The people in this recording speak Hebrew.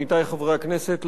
עמיתי חברי הכנסת,